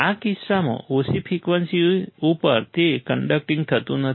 આ કિસ્સામાં ઓછી ફ્રિકવન્સી ઉપર તે કન્ડક્ટિંગ થતું નથી